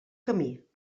camí